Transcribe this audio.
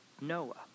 Noah